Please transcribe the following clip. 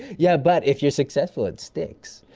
yeah but if you're successful it sticks,